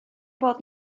bod